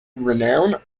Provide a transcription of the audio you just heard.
renown